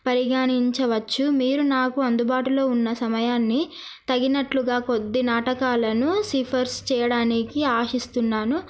పరిగణించవచ్చు మీరు నాకు అందుబాటులో ఉన్న సమయాన్ని తగినట్లుగా కొద్ది నాటకాలను సిఫార్సు చేయడానికి ఆశిస్తున్నాను